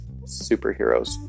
superheroes